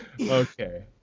Okay